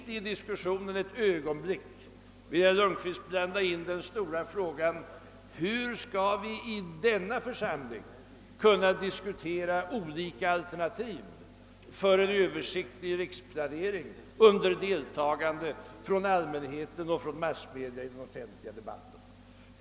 Herr Lundkvist vill inte ett ögonblick i diskussionen ta upp den stora frågan, hur vi i denna församling och i den offentliga debatten skall kunna diskutera olika alternativ för en översiktlig riksplanering.